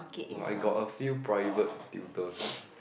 !wah! I got a few private tutors eh